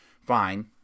Fine